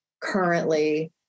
currently